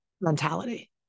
mentality